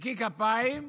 נקי כפיים,